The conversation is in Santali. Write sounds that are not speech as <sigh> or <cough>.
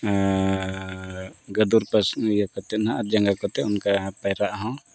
ᱟᱨ ᱜᱟᱹᱫᱩᱨ <unintelligible> ᱤᱭᱟᱹ ᱠᱟᱛᱮᱫ ᱦᱟᱸᱜ ᱡᱟᱸᱜᱟ ᱠᱚᱛᱮ ᱚᱱᱠᱟ ᱯᱟᱭᱨᱟᱜ ᱦᱚᱸ